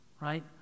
right